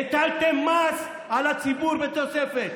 הטלתם מס על הציבור בתוספת.